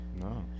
No